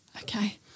Okay